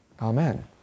Amen